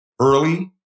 early